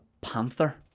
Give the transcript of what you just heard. panther